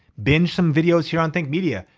binge some videos here on think media.